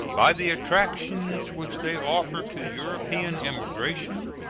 by the attractions which they offer to european immigration,